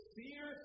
fear